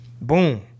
Boom